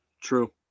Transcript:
true